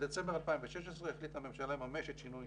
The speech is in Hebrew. בדצמבר 2016 החליטה הממשלה לממש את שינוי